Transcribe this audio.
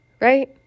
right